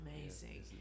amazing